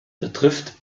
betrifft